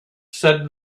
said